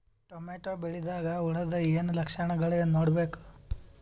Tomato ಬೆಳಿದಾಗ್ ಹುಳದ ಏನ್ ಲಕ್ಷಣಗಳು ನೋಡ್ಬೇಕು?